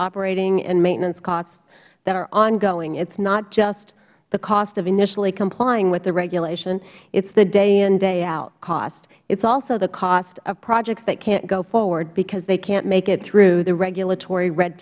operating and maintenance costs that are ongoing it is not just the cost of initially complying with the regulation it is the dayin dayout costs it is also the cost of projects that can't go forward because they can't make it through the regulatory red